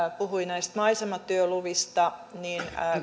puhui näistä maisematyöluvista niin